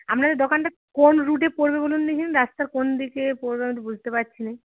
আপনাদের দোকানটা কোন রুটে পড়বে বলুন দেখি রাস্তার কোন দিকে পড়বে আমি তো বুঝতে পারছি নে